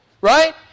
Right